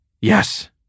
Yes